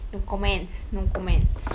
no comments no comments